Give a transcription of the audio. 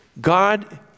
God